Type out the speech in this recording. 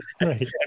Right